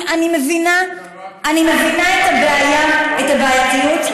אני מבינה את הבעייתיות,